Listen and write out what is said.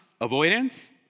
avoidance